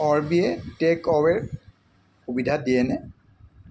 অৰ্বিয়ে take অৱে'ৰ সুবিধা দিয়েনে